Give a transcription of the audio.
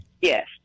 Yes